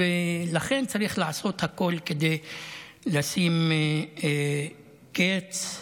ולכן צריך לעשות הכול כדי לשים לזה קץ.